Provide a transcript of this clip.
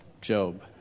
Job